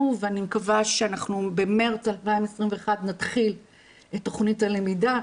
ואני מקווה שבמארס 2021 אנחנו נתחיל את תכנית הלמידה.